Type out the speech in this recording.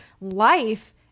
life